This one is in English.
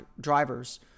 drivers